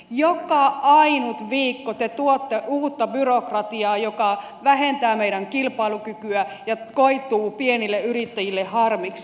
joka ainut viikko te tuotte uutta byrokratiaa joka vähentää meidän kilpailukykyä ja koituu pienille yrittäjille harmiksi